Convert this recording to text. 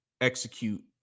execute